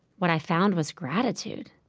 what i found was gratitude.